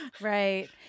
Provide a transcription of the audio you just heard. Right